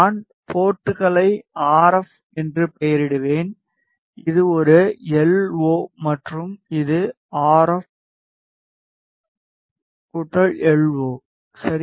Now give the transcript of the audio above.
நான் போர்ட்களை R F என்று பெயரிடுவேன் இது ஒரு எல் ஓ மற்றும் இது R F L O RF LO சரி